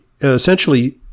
essentially